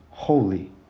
holy